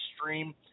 Stream